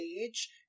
age